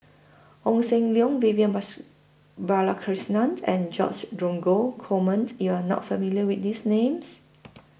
Ong SAM Leong Vivian Bus Balakrishnan and George Dromgold Coleman YOU Are not familiar with These Names